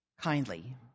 kindly